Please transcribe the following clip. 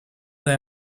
they